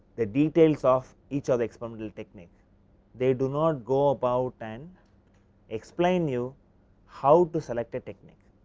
the details of each of the experimental technique they do not go about and explain you how to select a technique,